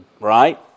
right